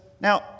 now